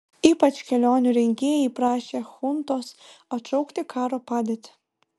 ypač kelionių rengėjai prašė chuntos atšaukti karo padėtį